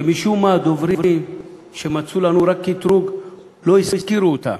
שמשום מה דוברים שמצאו לנו רק קטרוג לא הזכירו אותן,